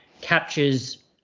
captures